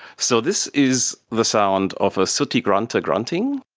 so this is the sound of a sooty grunter grunting